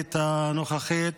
ההרסנית הנוכחית